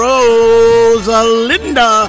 Rosalinda